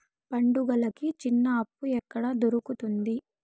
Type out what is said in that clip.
పండుగలకి చిన్న అప్పు ఎక్కడ దొరుకుతుంది